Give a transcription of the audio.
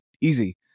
easy